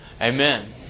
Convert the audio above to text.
Amen